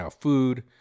food